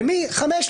ומחמישה,